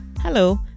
Hello